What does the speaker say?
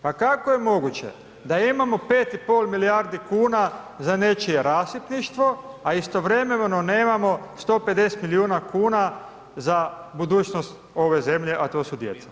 Pa kako je moguće da imamo 5,5 milijardi kuna za nečije rasipništvo a istovremeno nemamo 150 milijuna kuna za budućnost ove zemlje a to su djeca?